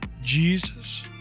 Jesus